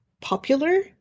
popular